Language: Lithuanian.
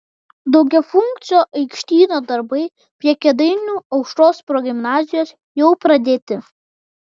daugiafunkcio aikštyno darbai prie kėdainių aušros progimnazijos jau pradėti